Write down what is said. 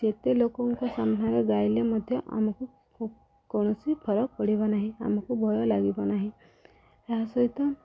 ଯେତେ ଲୋକଙ୍କ ସାମ୍ନାରେ ଗାଇଲେ ମଧ୍ୟ ଆମକୁ କୌଣସି ଫରକ ପଡ଼ିବ ନାହିଁ ଆମକୁ ଭୟ ଲାଗିବ ନାହିଁ ଏହା ସହିତ